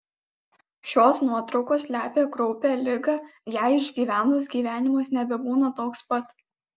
šios nuotraukos slepia kraupią ligą ją išgyvenus gyvenimas nebebūna toks pat